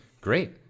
Great